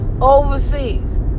overseas